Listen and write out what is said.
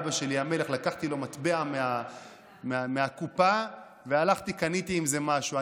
לקחתי לו מטבע מהקופה והלכתי וקניתי בו משהו.